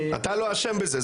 אתה לא אשם בזה,